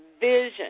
vision